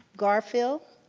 garfield,